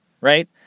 right